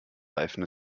reifen